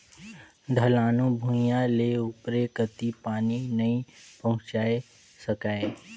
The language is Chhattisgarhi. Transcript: ढलानू भुइयां ले उपरे कति पानी नइ पहुचाये सकाय